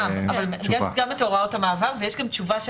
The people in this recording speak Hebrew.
יש גם את הוראות המעבר ויש גם תשובה של